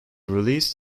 released